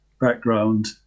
background